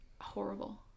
horrible